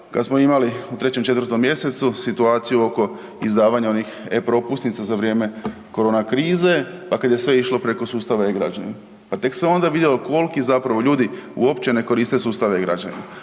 kad smo imali u 3., 4. mj. situaciju oko izdavanja onih e-Propusnica za vrijeme korona krize pa kad je sve išlo preko sustava e-Građani. Pa tek se onda vidjelo koliki zapravo ljudi uopće ne koriste sustav e-Građani.